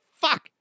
fuck